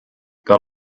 got